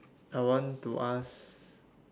I want to ask